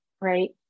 right